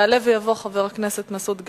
יעלה ויבוא חבר הכנסת מסעוד גנאים,